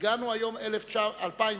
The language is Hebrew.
והיום 2009,